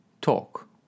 Talk